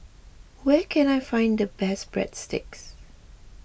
where can I find the best Breadsticks